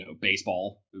baseball